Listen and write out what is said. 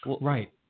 Right